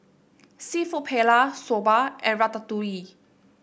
seafood Paella Soba and Ratatouille